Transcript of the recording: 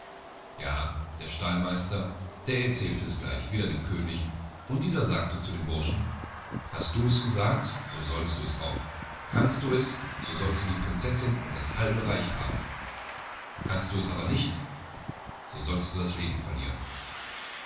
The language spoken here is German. ja der stallmeister der erzählte es gleich wieder dem könig und dieser sagte zu dem burschen hast du es gesagt so sollst du es auch kannst du es so sollst du die prinzessinn und das halbe reich haben kannst du es aber nicht so sollst du das leben verlieren